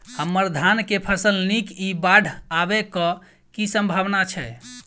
हम्मर धान केँ फसल नीक इ बाढ़ आबै कऽ की सम्भावना छै?